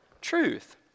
truth